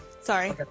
Sorry